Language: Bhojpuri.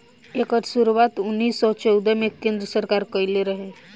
एकर शुरुआत उन्नीस सौ चौदह मे केन्द्र सरकार कइले रहे